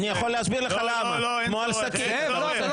אני יכול להסביר לך למה, כמו על השקית, אתה רוצה?